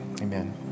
Amen